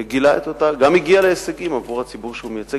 גם הגיע להישגים עבור הציבור שהוא מייצג